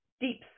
deep